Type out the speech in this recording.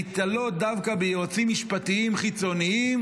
להיתלות דווקא ביועצים משפטיים חיצוניים